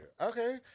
Okay